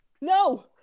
No